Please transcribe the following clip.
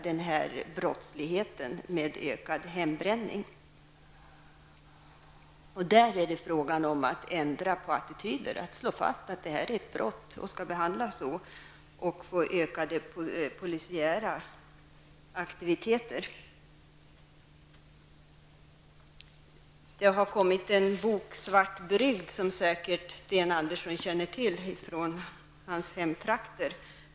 Det brottsliga i hembränning måste fastslås. Där är det fråga om att ändra attityderna, att slå fast att det är brottsligt och skall behandlas därefter och att det leder det till ökade polisiära aktiviteter. Det har kommit ut en bok Svart Brygd, som säkert Sten Andersson känner till, eftersom den är från hans hemtrakter.